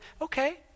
Okay